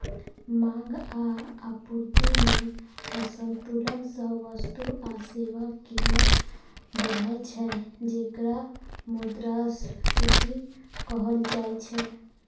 मांग आ आपूर्ति मे असंतुलन सं वस्तु आ सेवाक कीमत बढ़ै छै, जेकरा मुद्रास्फीति कहल जाइ छै